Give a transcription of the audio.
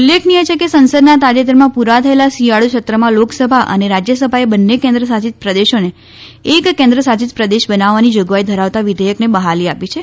ઉલ્લેખનિય છે કે સંસદના તાજેતરમાં પુરા થયેલા શિયાળુ સત્રમાં લોકસભા અને રાજ્યસભાએ બંને કેન્દ્ર શાસિત પ્રદેશોને એક કેન્દ્ર શાસિત પ્રદેશ બનાવવાની જોગવાઈ ધરાવતા વિધેયકને બહાલી આપી છે